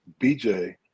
BJ